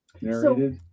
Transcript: narrated